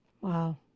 Wow